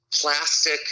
plastic